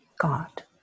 God